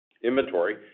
Inventory